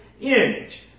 image